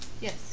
Yes